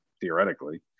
theoretically